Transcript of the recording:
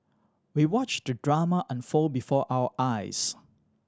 we watched the drama unfold before our eyes